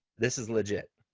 this is legit.